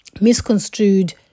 misconstrued